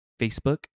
Facebook